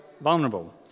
vulnerable